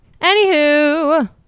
Anywho